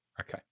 okay